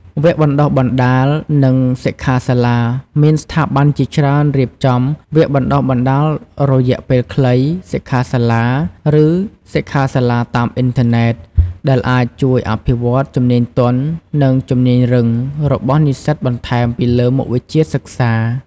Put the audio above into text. វគ្គបណ្ដុះបណ្ដាល និងសិក្ខាសាលា: មានស្ថាប័នជាច្រើនរៀបចំវគ្គបណ្ដុះបណ្ដាលរយៈពេលខ្លី សិក្ខាសាលា ឬសិក្ខាសាលាតាមអ៊ីនធឺណេត ដែលអាចជួយអភិវឌ្ឍជំនាញទន់ និងជំនាញរឹង របស់និស្សិតបន្ថែមពីលើមុខវិជ្ជាសិក្សា។